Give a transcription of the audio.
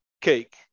cake